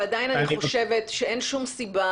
ועדיין אני חושבת שאין שום סיבה,